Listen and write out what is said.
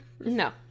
no